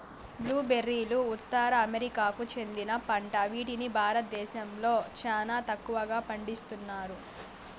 blue బెర్రీలు ఉత్తర అమెరికాకు చెందిన పంట వీటిని భారతదేశంలో చానా తక్కువగా పండిస్తన్నారు